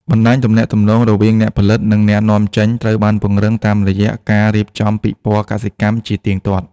បណ្ដាញទំនាក់ទំនងរវាងអ្នកផលិត និងអ្នកនាំចេញត្រូវបានពង្រឹងតាមរយៈការរៀបចំពិព័រណ៍កសិកម្មជាទៀងទាត់។